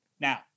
Now